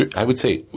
i would say,